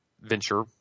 venture